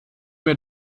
mir